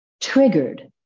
triggered